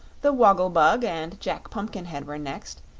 the woggle-bug and jack pumpkinhead were next,